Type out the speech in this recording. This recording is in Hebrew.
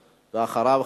ואחריו,